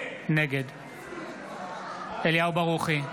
נגד אליהו ברוכי,